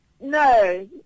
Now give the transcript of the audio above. No